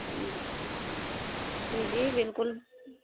جی جی جی بالکل